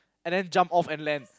and then jump off and land